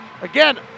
Again